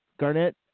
Garnett